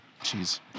Jeez